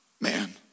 man